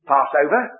Passover